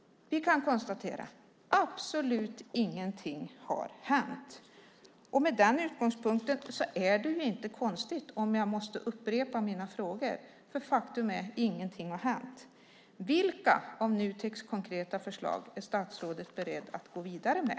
Vi kan konstatera att absolut ingenting har hänt. Med den utgångspunkten är det inte konstigt om jag måste upprepa mina frågor, för faktum är att ingenting har hänt. Vilka av Nuteks konkreta förslag är statsrådet beredd att gå vidare med?